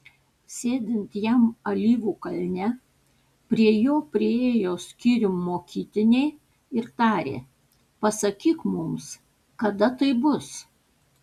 sėdint jam alyvų kalne prie jo priėjo skyrium mokytiniai ir tarė pasakyk mums kada tai bus